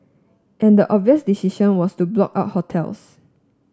and the obvious decision was to blow out hotels